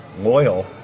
loyal